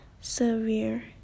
severe